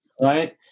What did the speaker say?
right